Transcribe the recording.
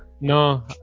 no